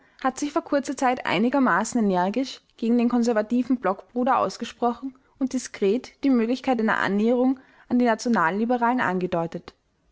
hat sich vor kurzer zeit einigermaßen energisch gegen den konservativen blockbruder ausgesprochen und diskret die möglichkeit einer annäherung an die nationalliberalen angedeutet